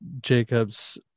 Jacobs